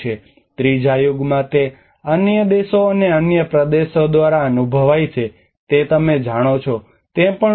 ત્રીજા યુગમાં તે અન્ય દેશો અને અન્ય પ્રદેશો દ્વારા અનુભવાય છે તે તમે જાણો છો તે પણ જુએ છે